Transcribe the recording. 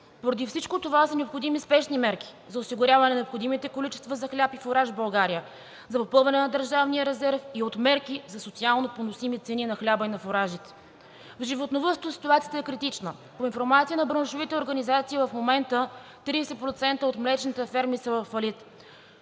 Поради всичко това са необходими спешни мерки за осигуряване на необходимите количества за хляб и фураж в България, за попълване на държавния резерв и от мерки за социално поносими цени на хляба и на фуражите. В животновъдството ситуацията е критична. По информация на браншовите организации в момента 30% от млечните ферми са във фалит.